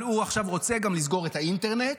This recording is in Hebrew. אבל הוא עכשיו רוצה גם לסגור את האינטרנט,